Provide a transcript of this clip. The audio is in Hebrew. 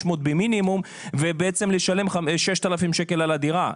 במינימום ובעצם לשלם 6,000 שקל על הדירה.